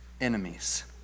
enemies